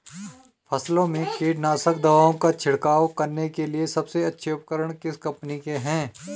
फसलों में कीटनाशक दवाओं का छिड़काव करने के लिए सबसे अच्छे उपकरण किस कंपनी के हैं?